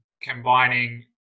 combining